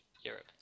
Europe